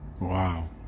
Wow